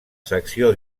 secció